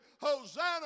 Hosanna